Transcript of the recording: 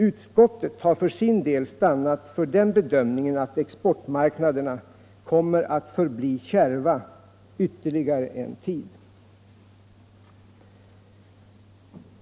Utskottet har för sin del stannat för den bedömningen att exportmark naderna kommer att förbli kärva ytterligare en tid.